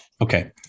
okay